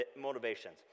motivations